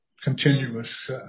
continuous